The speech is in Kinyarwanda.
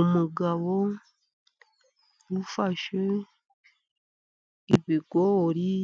Umugabo ufashe ibigori